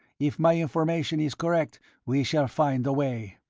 if my information is correct we shall find the way